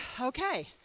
Okay